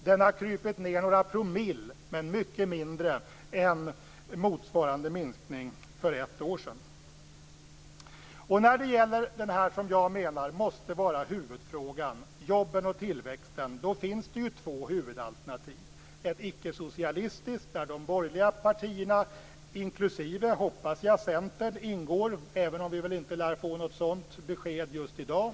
Den har krupit ned några promille, men mycket mindre än motsvarande minskning för ett år sedan. Och när det gäller det som jag menar måste vara huvudfrågan, jobben och tillväxten, finns det ju två huvudalternativ. Det finns ett icke-socialistiskt, där de borgerliga partierna inklusive - hoppas jag - Centern ingår, även om vi väl inte lär få något sådan besked just i dag.